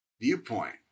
viewpoint